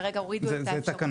כרגע הורידו את האפשרות.